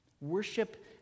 Worship